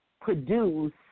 produce